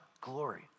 glory